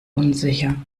unsicher